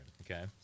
okay